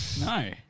No